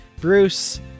Bruce